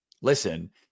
listen